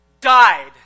died